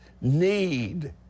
need